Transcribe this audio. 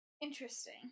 Interesting